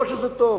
לא שזה טוב.